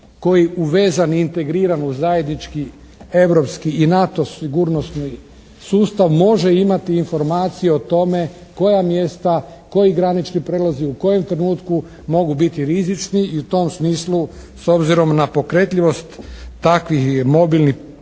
koji u vezani, integrirani, zajednički, europski i NATO sigurnosni sustav može imati informacije o tome koja mjesta, koji granični prijelazi u kojem trenutku mogu biti rizični i u tom smislu s obzirom na pokretljivost takvih mobilnih